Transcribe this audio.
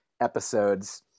episodes